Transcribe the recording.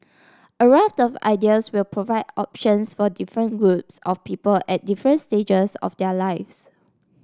a raft of ideas will provide options for different groups of people at different stages of their lives